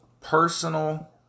personal